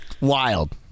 Wild